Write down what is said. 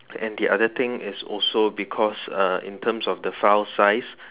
and the other thing is also because uh in terms of the file size